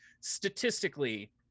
statistically